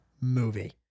movie